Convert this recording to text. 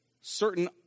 certain